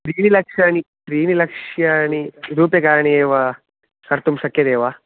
त्रीणिलक्षाणि त्रीणिलक्ष रूप्यकाणि एव कर्तुं शक्यते वा